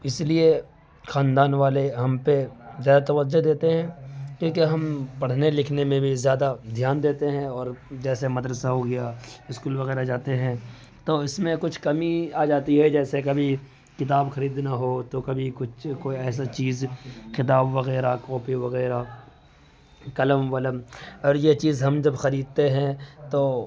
اسی لیے خاندان والے ہم پہ زیادہ توجہ دیتے ہیں کیونکہ ہم ہڑھنے لکھنے میں بھی زیادہ دھیان دیتے ہیں اور جیسے مدرسہ ہوگیا اسکول وغیرہ جاتے ہیں تو اس میں کچھ کمی آجاتی ہے جیسے کبھی کتاب خریدنا ہو تو کبھی کچھ کوئی ایسا چیز کتاب وغیرہ کوپی وغیرہ قلم ولم اور یہ چیز ہم جب خریدتے ہیں تو